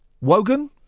Wogan